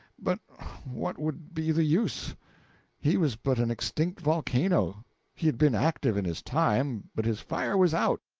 but what would be the use he was but an extinct volcano he had been active in his time, but his fire was out,